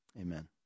Amen